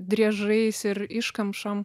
driežais ir iškamšom